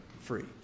free